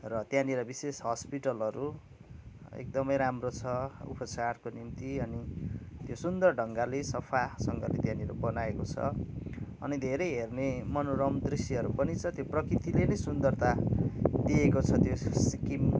र त्यहाँनिर बिशेष हस्पिटलहरू एक्दमै राम्रो छ उपचारको निम्ति अनि सुन्दर ढङ्गले सफासँगले त्यहाँनिर बनाएको छ अनि धेरै हेर्ने मनोरम दृश्यहरू पनि छ त्यो प्रकृतिले नै सुन्दरता दिएको छ त्यो सिक्किम